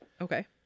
Okay